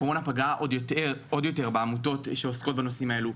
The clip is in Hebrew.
הקורונה פגעה עוד יותר בעמותות שעוסקות בנושאים האלו,